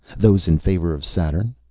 those in favor of saturn.